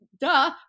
duh